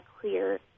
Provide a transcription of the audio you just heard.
clear